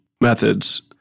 methods